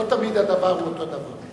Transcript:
לא תמיד זה אותו דבר.